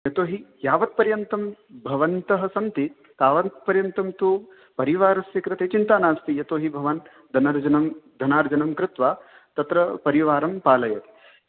यतोहि यावत्पर्यन्तं भवन्तः सन्ति तावत्पर्यन्तं तु परिवारस्य कृते चिन्ता नास्ति यतोहि भवान् धनर्जनं धनार्जनं कृत्वा तत्र परिवारं पालयति